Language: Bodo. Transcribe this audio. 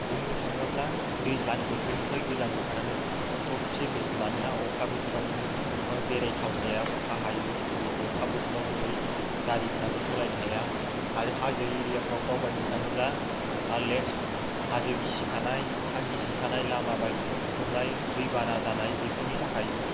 बुंनो थाङोब्ला दैज्लां बोथोरनिख्रुइ गोजां बोथोरानो सबसे बेस्ट मानोना अखा बोथोराव नोङो बेरायथाव जाया अखा हायो अखा बोथोराव बोरै गारिफ्राबो सालायनो हाया आरो हाजो एरियाफ्राव दावबायनो थाङोब्ला हाजो गिसिखानाय हां गिसिखानाय लामा बायथ्रमनाय दैबाना जानाय बेफोरनि थाखाय